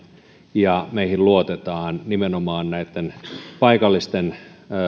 ja meihin luotetaan nimenomaan näitten paikallisten